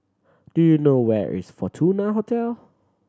do you know where is Fortuna Hotel